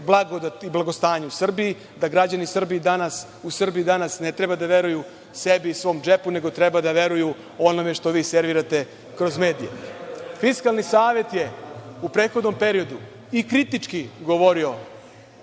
predstavite blagostanje u Srbiji, da građani u Srbiji danas ne treba da veruju sebi i svom džepu nego treba da veruje onome što vi servirate kroz medije. Fiskalni savet je u prethodnom periodu i kritički govorio